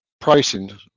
pricing